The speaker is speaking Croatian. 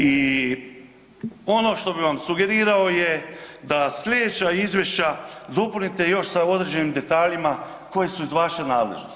I ono što bi vam sugerirao je da slijedeća izvješća dopunite još sa određenim detaljima koje su iz vaše nadležnosti.